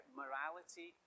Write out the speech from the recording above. morality